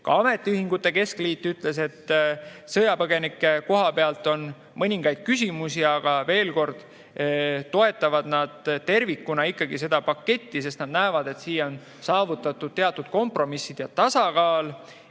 Ametiühingute Keskliit ütles, et sõjapõgenike koha pealt on mõningaid küsimusi, aga veel kord, nad ikkagi toetavad tervikuna seda paketti, sest nad näevad, et siin on saavutatud teatud kompromissid ja tasakaal.